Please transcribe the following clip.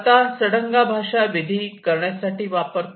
आता लोक सडंगा भाषा विधी करण्यासाठी वापरतात